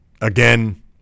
again